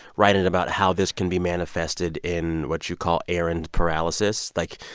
writing about how this can be manifested in what you call errand paralysis like,